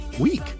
week